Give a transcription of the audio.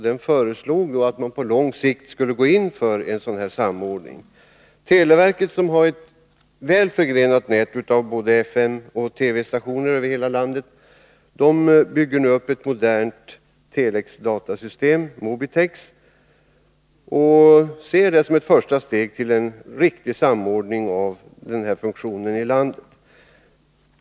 Den föreslog att man på lång sikt skulle gå in för en samordning. Televerket, som har ett väl förgrenat nät av både FM och TV-stationer över hela landet, bygger nu upp ett modernt telexdatasystem, Mobitex, och ser det som ett första steg till en riktig samordning av denna funktion i landet.